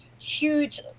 huge